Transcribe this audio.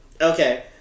okay